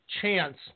chance